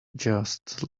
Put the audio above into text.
just